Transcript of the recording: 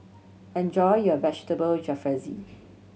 enjoy your Vegetable Jalfrezi